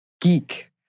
geek